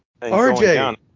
RJ